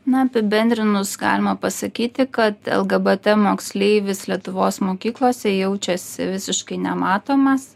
na apibendrinus galima pasakyti kad lgbt moksleivis lietuvos mokyklose jaučiasi visiškai nematomas